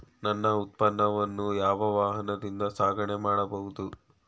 ನನ್ನ ಉತ್ಪನ್ನವನ್ನು ಯಾವ ವಾಹನದಿಂದ ಸಾಗಣೆ ಮಾಡಬಹುದು?